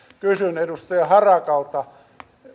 kysyn edustaja harakalta